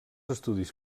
estudis